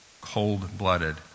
cold-blooded